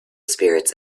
spirits